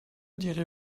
direz